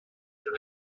que